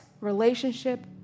relationship